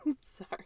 Sorry